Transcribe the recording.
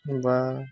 বা